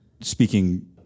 speaking